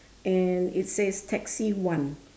and it says taxi one